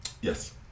Yes